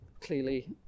clearly